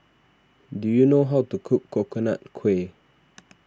do you know how to cook Coconut Kuih